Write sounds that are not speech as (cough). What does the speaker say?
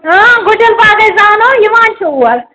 اۭں (unintelligible) پَاغ ۂے زانو یِوان چھُ یور